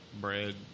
bread